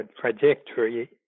trajectory